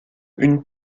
une